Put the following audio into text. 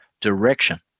direction